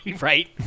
Right